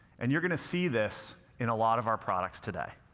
and you're gonna see this in a lot of our products today.